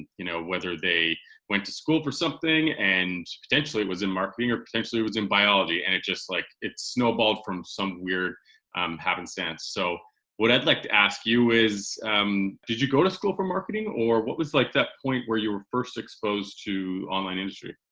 you know whether they went to school for something and potentially was in marketing or potentially was in biology and it just like it snowballed from some weird um happenstance. so what i'd like to ask you is um did you go to school for marketing or what was like that point where you were first exposed to online industry?